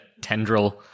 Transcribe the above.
tendril